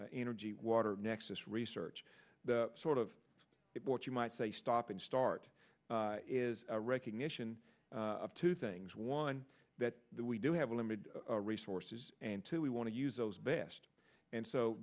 energy water nexus research the sort of what you might say stop and start is a recognition of two things one that we do have limited resources and two we want to use those best and so